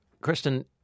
Kristen